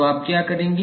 तो आप क्या करेंगे